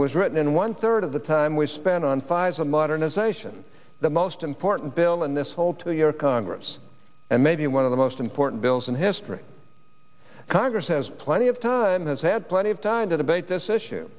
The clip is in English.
was written in one third of the time we spent on five of modernization the most important bill in this whole two year congress and maybe one of the most important bills in history congress has plenty of time has had plenty of time t